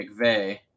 McVeigh